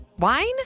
Wine